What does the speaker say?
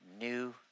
New